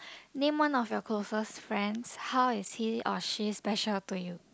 name one of your closest friends how is he or she special to you